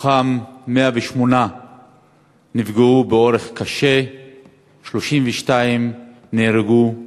מתוכם 108 נפגעו באורח קשה ו-32 נהרגו.